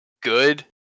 good